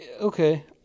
Okay